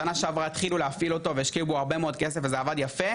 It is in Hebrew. בשנה שעברה הפעילו אותו והשקיעו בו הרבה מאוד כסף וזה עבד יפה.